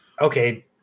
Okay